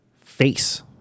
face